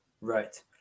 right